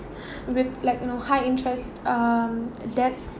~s with like you know high-interest um debts